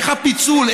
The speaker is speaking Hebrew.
איך הפיצול,